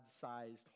sized